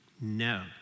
No